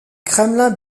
kremlin